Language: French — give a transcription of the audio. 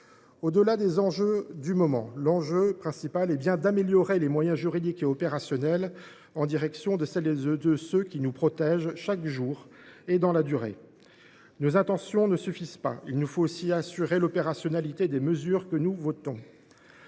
devons répondre est bien celle de l’amélioration des moyens juridiques et opérationnels en direction de ceux qui nous protègent chaque jour et dans la durée. Nos intentions ne suffisent pas ; il nous faut aussi assurer l’opérationnalité des mesures que nous votons.